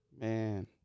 Man